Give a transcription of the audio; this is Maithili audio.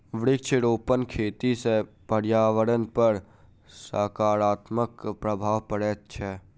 वृक्षारोपण खेती सॅ पर्यावरणपर सकारात्मक प्रभाव पड़ैत छै